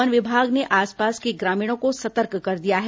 one विभाग ने आसपास के ग्रामीणों को सतर्क कर दिया है